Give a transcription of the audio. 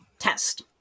Test